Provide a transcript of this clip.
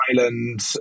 island